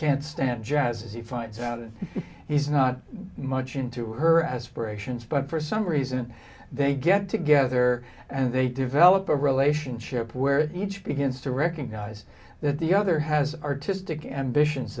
can't stand jazz he finds out he's not much into her as for a chanst but for some reason they get together and they develop a relationship where each begins to recognize that the other has artistic ambitions